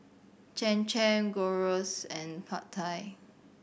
Cham Cham Gyros and Pad Thai